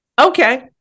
okay